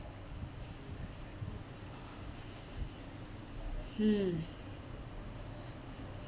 hmm